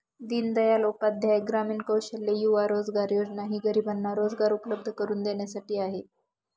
दीनदयाल उपाध्याय ग्रामीण कौशल्य युवा रोजगार योजना ही गरिबांना रोजगार उपलब्ध करून देण्यासाठी आहे